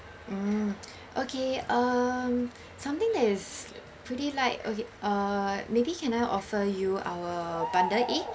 mm okay um something that is pretty light okay uh maybe can I offer you our bundle A